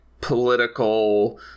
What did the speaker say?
political